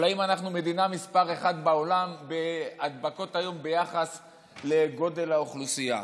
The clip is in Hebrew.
אם אנחנו מדינה מספר אחת בעולם בהדבקות היום ביחס לגודל האוכלוסייה.